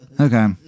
Okay